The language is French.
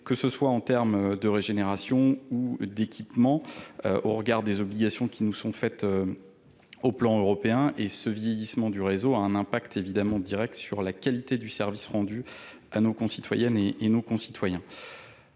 que ce soit en termes de régénération ou d'équipement au regard des obligations qui nous sont faites. sur le plan européen, et ce vieillissement du réseau a un impact évidemment direct sur la qualité du service rendu à nos concitoyennes et nos concitoyens.